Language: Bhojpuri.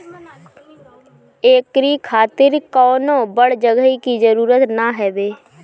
एकरी खातिर कवनो बड़ जगही के जरुरत ना हवे